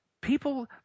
People